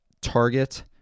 Target